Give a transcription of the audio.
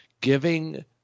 giving